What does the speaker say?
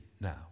now